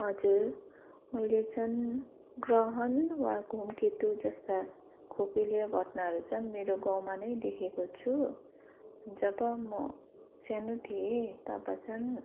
हजुर मैले चाहिँ ग्रहण वा धुमकेतु जस्ता खगोलीय घटनाहरू चाहिँ मेरो गाउँमा नै देखेको छु जब म सानो थिएँ तब चाहिँ